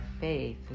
faith